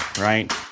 right